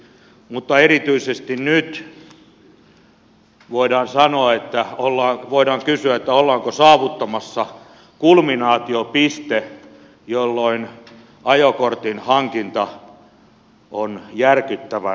mutta erityisesti nyt voidaan kysyä ollaanko saavuttamassa kulminaatiopiste jolloin ajokortin hankinta on järkyttävän kallis